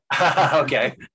okay